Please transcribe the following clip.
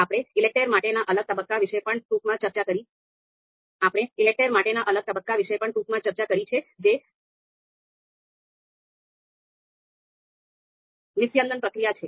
આપણે ELECTRE માટેના આગલા તબક્કા વિશે પણ ટૂંકમાં ચર્ચા કરી છે જે નિસ્યંદન પ્રક્રિયા છે